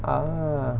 ah